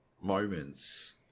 moments